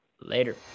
Later